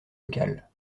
locale